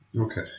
Okay